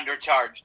undercharged